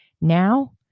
Now